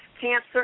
Cancer